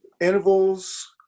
Intervals